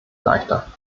leichter